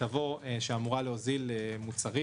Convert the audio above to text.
שאמורה להוזיל מוצרים.